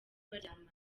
baryamanye